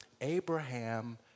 Abraham